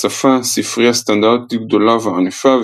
לשפה ספרייה סטנדרטית גדולה וענפה,